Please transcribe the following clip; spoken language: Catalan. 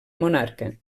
monarca